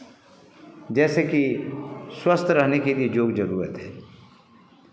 जैसे कि स्वस्थ रहने के लिए योग ज़रूरत है